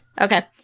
Okay